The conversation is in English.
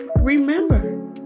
Remember